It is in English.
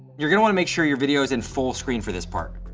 you're gonna want to make sure your video is in full screen for this part.